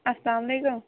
السلامُ علیکُم